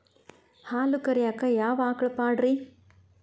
ಹಾಲು ಕರಿಯಾಕ ಯಾವ ಆಕಳ ಪಾಡ್ರೇ?